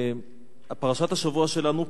פרשת השבוע שלנו,